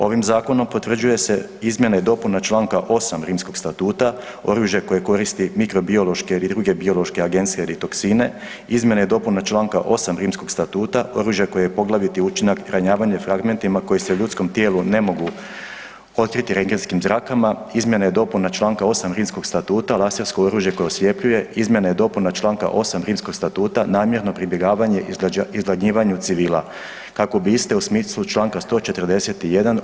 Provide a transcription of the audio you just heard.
Ovim zakonom potvrđuje se izmjena i dopuna članka 8. Rimskog statuta (oružje koje koristi mirkobiološke ili druge biološke agense ili toksine), izmjena i dopuna članka 8. Rimskog statuta (oružje kojega je poglaviti učinak ranjavanje fragmentima koji se u ljudskom tijelu ne mogu otkriti rengenskim zrakama), izmjena i dopuna članka 8. Rimskog statuta (lasersko oružje koje osljepljuje), izmjena i dopuna članka 8. Rimskog statuta (namjerno pribjegavanje izgladnjivanju civila) kako bi iste u smislu članka 141.